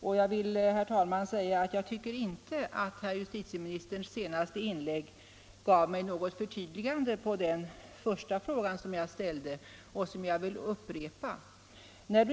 Och justitieministerns senaste inlägg gav mig inte något förtydligande svar på den första frågan som jag ställde och som jag vill upprepa.